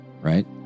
Right